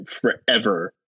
forever